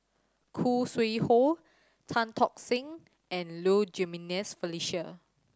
Khoo Sui Hoe Tan Tock San and Low Jimenez Felicia